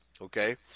Okay